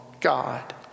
God